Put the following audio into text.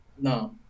No